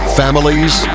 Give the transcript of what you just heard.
families